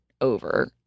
over